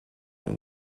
with